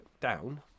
down